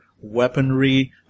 weaponry